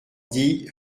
dit